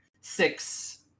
six